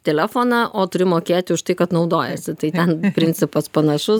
telefoną o turi mokėti už tai kad naudojiesi tai ten principas panašus